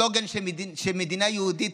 הסלוגן של מדינה יהודית